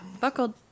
buckled